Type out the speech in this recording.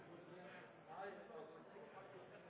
dei gode